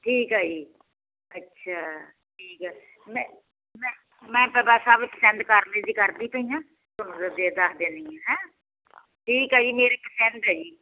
ਠੀਕ ਆ ਜੀ ਅੱਛਾ ਠੀਕ ਹੈ ਮੈਂ ਮੈਂ ਪਸੰਦ ਕਰ ਲਈ ਸੀ ਕਰਦੀ ਪਈ ਹਾਂ ਤੁਹਾਨੂੰ ਫਿਰ ਦੱਸ ਦਿੰਦੀ ਆ ਹੈ ਠੀਕ ਆ ਜੀ ਮੇਰੀ ਪਸੰਦ ਆ ਜੀ